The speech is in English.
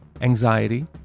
anxiety